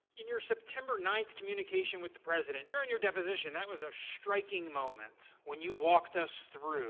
in your september nine communication with the president, during your deposition. that was a striking moment when you walked us through